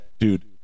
Dude